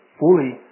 fully